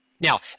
Now